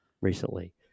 recently